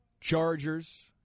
Chargers